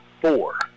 four